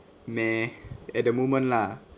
meh at the moment lah